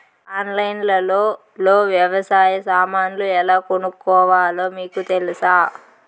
ఆన్లైన్లో లో వ్యవసాయ సామాన్లు ఎలా కొనుక్కోవాలో మీకు తెలుసా?